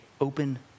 open